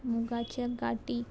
मुगाचे गाटी